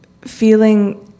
feeling